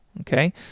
okay